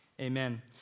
Amen